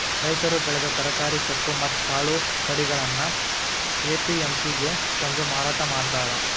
ರೈತರು ಬೆಳೆದ ತರಕಾರಿ, ಸೊಪ್ಪು ಮತ್ತ್ ಕಾಳು ಕಡಿಗಳನ್ನ ಎ.ಪಿ.ಎಂ.ಸಿ ಗೆ ತಂದು ಮಾರಾಟ ಮಾಡ್ತಾರ